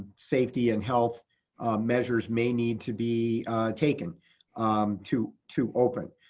safety and health measures may need to be taken to to open.